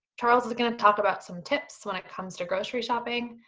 charles is gonna talk about some tips when it comes to grocery shopping.